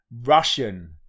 Russian